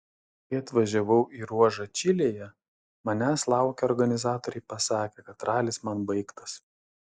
kai atvažiavau į ruožą čilėje manęs laukę organizatoriai pasakė kad ralis man baigtas